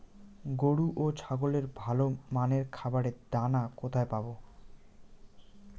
গরু ও ছাগলের ভালো মানের খাবারের দানা কোথায় পাবো?